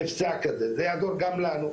מבצע כזה זה יעזור גם לנו,